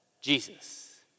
Jesus